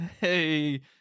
Hey